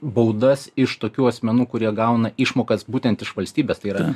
baudas iš tokių asmenų kurie gauna išmokas būtent iš valstybės tai yra